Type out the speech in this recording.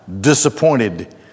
Disappointed